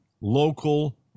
local